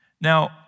Now